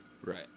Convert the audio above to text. Right